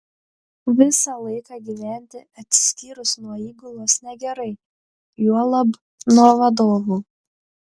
visą laiką gyventi atsiskyrus nuo įgulos negerai juolab nuo vadovų